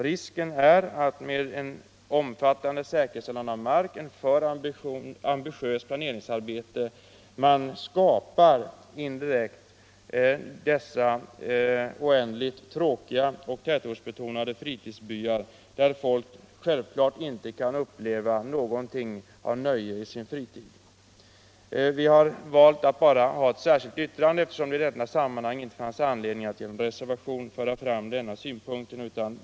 Risken är att man med ett omfattande säkerställande av mark och ett ambitiöst planeringsarbete i det sammanhanget indirekt skapar dessa oändligt tråkiga, tätortsbetonade fritidsbyar, där människor förmodligen inte kan få ut mycket nöje av sin fritid. I det här fallet har vi valt att bara avge ett särskilt yttrande, eftersom det inte har funnits anledning att i en reservation föra fram våra synpunkter.